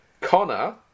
Connor